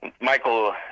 Michael